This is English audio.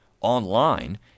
online